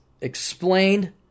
explained